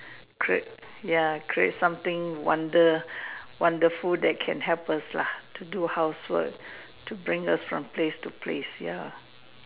create ya create something wonder wonderful that can help us lah to do housework to bring us from place to place ya